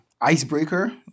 Icebreaker